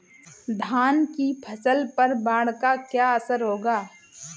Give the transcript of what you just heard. धान की फसल पर बाढ़ का क्या असर होगा?